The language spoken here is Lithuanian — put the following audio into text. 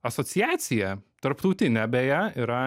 asociaciją tarptautinę beje yra